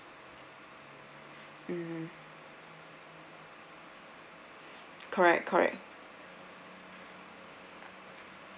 mm correct correct